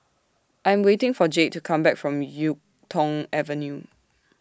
I Am waiting For Jade to Come Back from Yuk Tong Avenue